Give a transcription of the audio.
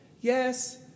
yes